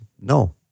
no